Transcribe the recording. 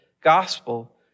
gospel